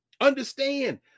Understand